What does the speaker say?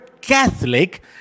Catholic